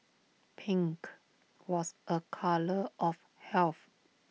pink was A colour of health